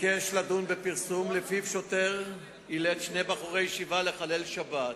ביקש לדון בפרסום שלפיו שוטר אילץ שני בחורי ישיבה לחלל שבת.